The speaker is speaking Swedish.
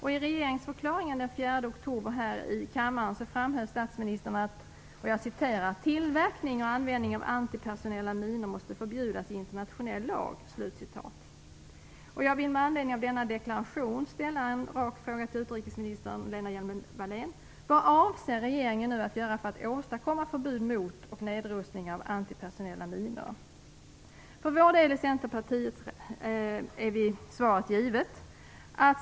I regeringsförklaringen den 3 oktober här i kammaren framhöll statsministern: "Tillverkning och användning av antipersonella minor måste förbjudas i internationell lag." För Centerpartiets del är svaret givet.